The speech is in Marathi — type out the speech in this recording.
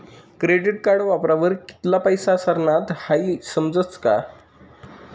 क्रेडिट कार्ड वापरावर कित्ला पैसा सरनात हाई समजस का